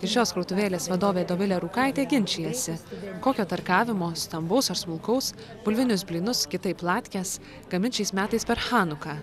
ir šios krautuvėlės vadovė dovilė rūkaitė ginčijasi kokio tarkavimo stambaus ar smulkaus bulvinius blynus kitaip latkes gamins šiais metais per chanuką